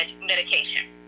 medication